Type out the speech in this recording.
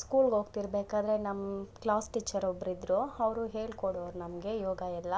ಸ್ಕೂಲ್ಗೆ ಹೋಗ್ತಿರ್ಬೇಕಾದ್ರೆ ನಮ್ಮ ಕ್ಲಾಸ್ ಟೀಚರ್ ಒಬ್ಬರಿದ್ರು ಅವ್ರು ಹೇಳ್ಕೊಡೋರ್ ನಮಗೆ ಯೋಗ ಎಲ್ಲ